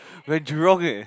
we're in Jurong eh